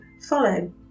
follow